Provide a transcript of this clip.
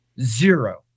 Zero